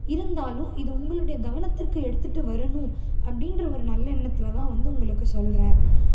இருந்தாலும் இது உங்களுடைய கவனத்திற்கு எடுத்துகிட்டு வரணும் அப்படின்ற ஒரு நல்ல எண்ணத்தில் தான் வந்து உங்களுக்கு சொல்கிறேன்